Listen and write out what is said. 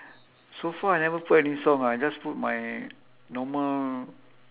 so far I never put any song ah I just put my normal